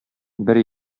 бер